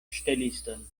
ŝteliston